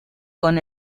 con